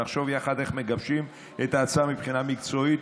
ונחשוב יחד איך מגבשים את ההצעה מבחינה מקצועית,